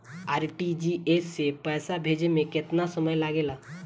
RTGS से पैसा भेजे में केतना समय लगे ला?